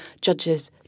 judge's